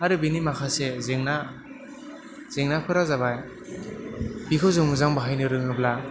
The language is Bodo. आरो बेनि माखासे जेंना जेंनाफोरा जाबाय बेखौ जों मोजां बाहायनो रोङोब्ला